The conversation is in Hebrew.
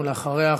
ואחריה,